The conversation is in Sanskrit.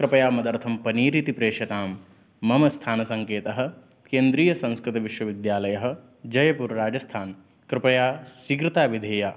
कृपया मदर्थं पनीर् इति प्रेष्यतां मम स्थानसङ्केतः केन्द्रीयसंस्कृतविश्वविद्यालयः जयपुरं राजस्थानम् कृपया शीघ्रता विधेया